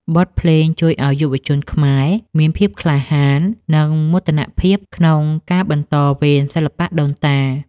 បទភ្លេងជួយឱ្យយុវជនខ្មែរ មានភាពក្លាហាន និងមោទនភាពក្នុងការបន្តវេនសិល្បៈដូនតា។